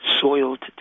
soiled